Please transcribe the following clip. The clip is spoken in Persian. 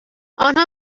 آنها